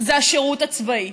זה השירות הצבאי.